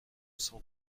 cent